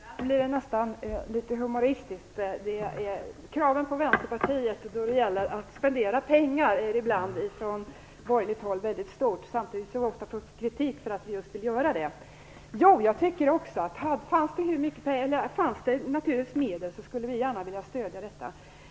Herr talman! Ibland blir det nästan litet humoristiskt med krav från borgerligt håll på Vänsterpartiet då det gäller att spendera pengar samtidigt som vi får kritik för att vi vill göra just det. Jag tycker också att om det fanns medel skulle vi gärna vilja stödja detta.